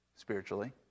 spiritually